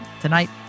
tonight